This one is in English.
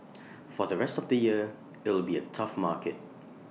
for the rest of the year IT will be A tough market